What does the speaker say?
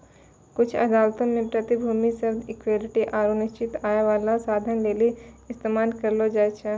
कुछु अदालतो मे प्रतिभूति शब्द इक्विटी आरु निश्चित आय बाला साधन लेली इस्तेमाल करलो जाय छै